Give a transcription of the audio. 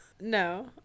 no